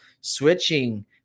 switching